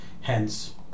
Hence